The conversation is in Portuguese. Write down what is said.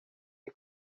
que